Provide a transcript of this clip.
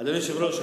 אדוני היושב-ראש,